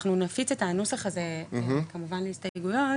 אנחנו נפיץ את הנוסח הזה וכמובן הסתייגויות,